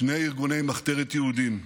שני ארגוני מחתרת יהודיים,